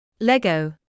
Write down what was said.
Lego